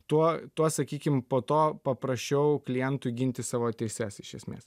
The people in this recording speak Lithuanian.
tuo tuo sakykim po to paprasčiau klientui ginti savo teises iš esmės